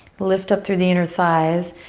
lift up through the inner thighs,